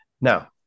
Now